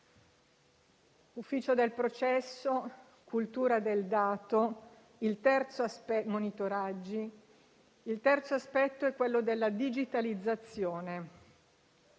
Ufficio del processo, cultura del dato e monitoraggi. Il terzo aspetto è quello della digitalizzazione